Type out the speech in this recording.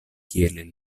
kiel